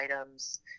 items